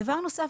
דבר נוסף,